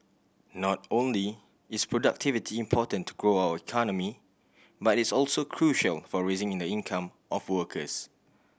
not only is productivity important to grow our economy but it's also crucial for raising in the income of workers